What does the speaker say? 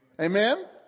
Amen